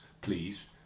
please